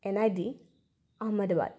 N I D Ahmedabad